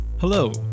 Hello